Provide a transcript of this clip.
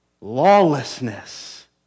lawlessness